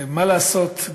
מה לעשות,